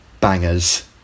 bangers